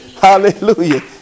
hallelujah